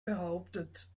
behauptet